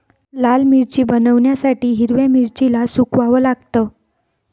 लाल मिरची बनवण्यासाठी हिरव्या मिरचीला सुकवाव लागतं